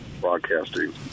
broadcasting